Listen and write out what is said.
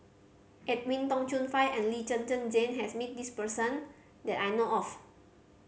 Edwin Tong Chun Fai and Lee Zhen Zhen Jane has met this person that I know of